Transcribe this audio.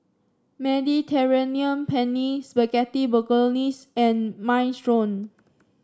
Mediterranean Penne Spaghetti Bolognese and Minestrone